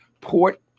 port